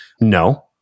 No